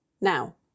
Now